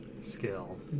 skill